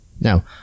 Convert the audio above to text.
Now